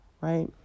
right